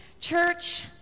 Church